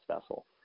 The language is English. vessel